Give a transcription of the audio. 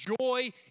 joy